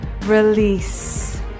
Release